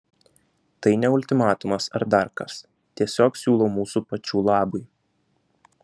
tai ne ultimatumas ar dar kas tiesiog siūlau mūsų pačių labui